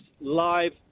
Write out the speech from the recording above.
live